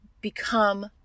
become